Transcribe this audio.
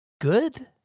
good